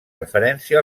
referència